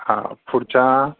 हा पुढच्या